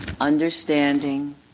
Understanding